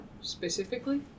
specifically